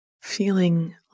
feeling